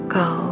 go